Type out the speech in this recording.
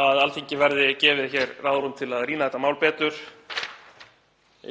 að Alþingi verði gefið ráðrúm til að rýna þetta mál betur,